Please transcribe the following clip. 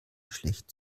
schlecht